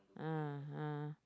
ah ah